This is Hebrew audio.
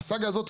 הסאגה הזו,